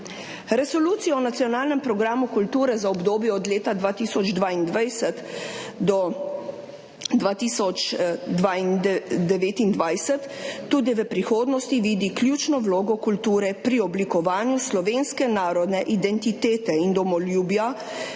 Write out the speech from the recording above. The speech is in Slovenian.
Resolucija o nacionalnem programu kulture za obdobje 2022–2029 tudi v prihodnosti vidi ključno vlogo kulture pri oblikovanju slovenske narodne identitete in domoljubja